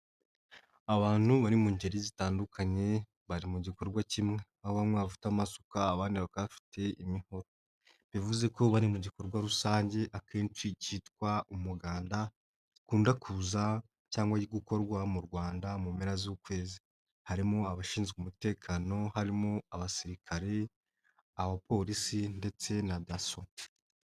Abantu bari mu ngeri zitandukanye bari mu gikorwa kimwe, aho bamwe bafite amasuka abandi bafite imihoro, bivuze ko bari mu gikorwa rusange akenshi kitwa umuganda, bakunda kuza cyangwa gukorwa mu Rwanda mu mpera z'ukwezi, harimo abashinzwe umutekano harimo abasirikare, abapolisi ndetse na dasso.